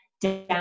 down